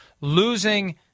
losing